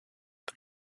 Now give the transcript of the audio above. but